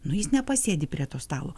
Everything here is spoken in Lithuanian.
nu jis nepasėdi prie to stalo